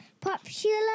popular